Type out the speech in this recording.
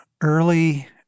early